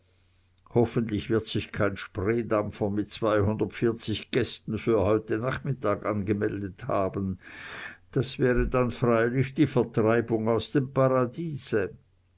hoffentlich wird sich kein spreedampfer mit gästen für heute nachmittag angemeldet haben das wäre dann freilich die vertreibung aus dem paradiese